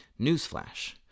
newsflash